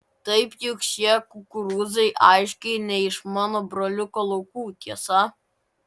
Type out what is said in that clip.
taip juk šie kukurūzai aiškiai ne iš mano broliuko laukų tiesa